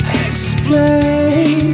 explain